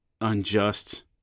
unjust